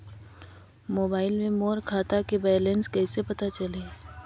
Mobile मे मोर खाता के बैलेंस कइसे पता चलही?